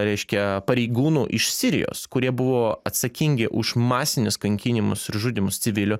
reiškia pareigūnų iš sirijos kurie buvo atsakingi už masinius kankinimus ir žudymus civilių